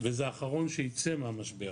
והוא האחרון שייצא מהמשבר.